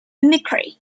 mimicry